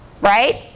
right